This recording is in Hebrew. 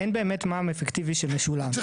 אין באמת מע"מ אפקטיבי שמשולם.